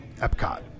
Epcot